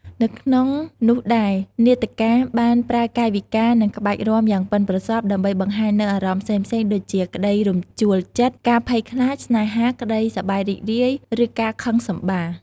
នៅក្នុងនោះដែរ នាដការបានប្រើកាយវិការ និងក្បាច់រាំយ៉ាងប៉ិនប្រសប់ ដើម្បីបង្ហាញនូវអារម្មណ៍ផ្សេងៗដូចជា ក្ដីរំជួលចិត្ត ការភ័យខ្លាច ស្នេហា ក្ដីសប្បាយរីករាយ ឬការខឹងសម្បារ។